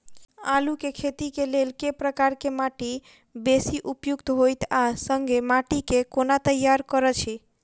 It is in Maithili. आलु केँ खेती केँ लेल केँ प्रकार केँ माटि बेसी उपयुक्त होइत आ संगे माटि केँ कोना तैयार करऽ छी?